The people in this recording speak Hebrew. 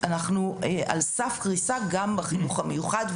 אנחנו על סף קריסה גם בחינוך המיוחד,